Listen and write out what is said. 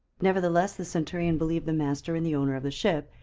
nevertheless the centurion believed the master and the owner of the ship,